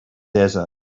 desert